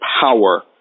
power